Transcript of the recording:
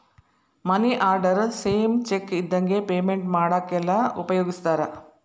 ಮನಿ order same cheque ಇದ್ದಂಗೆ payment ಮಾಡಾಕೆಲ್ಲ ಉಪಯೋಗಿಸ್ತಾರ